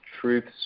truths